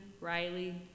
Riley